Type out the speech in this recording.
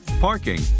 parking